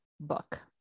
book